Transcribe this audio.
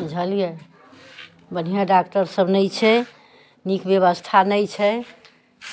बुझलियै बढ़िआँ डॉक्टर सब नहि छै नीक व्यवस्था नहि छै